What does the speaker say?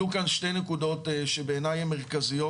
עלו כאן שתי נקודות שבעיניי הן מרכזיות.